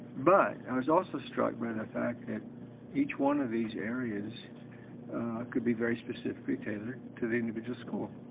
but i was also struck by the fact that each one of these areas could be very specifically tailored to the individual school.